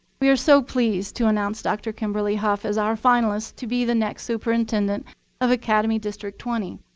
we are so pleased to announce dr. kimberly hough as our finalist to be the next superintendent of academy district twenty.